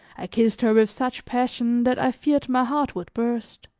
i kissed her with such passion that i feared my heart would burst.